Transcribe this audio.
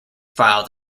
filed